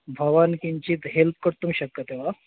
भवान् किञ्चित् हेल्प् कर्तुं शक्यते वा